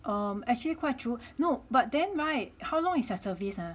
um actually quite true but then [right] how long is your service ah